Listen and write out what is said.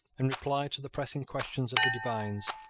in reply to the pressing questions of the divines,